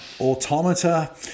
automata